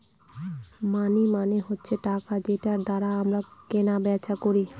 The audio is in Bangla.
মানি মানে হচ্ছে টাকা যেটার দ্বারা আমরা কেনা বেচা করি